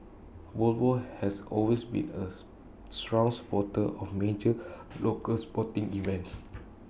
Volvo has always been as strong supporter of major local sporting events